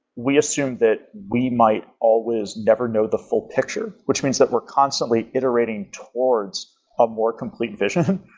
we assume that we might always never know the full picture, which means that we're constantly iterating towards a more complete vision,